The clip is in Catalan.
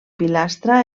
pilastra